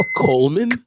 Coleman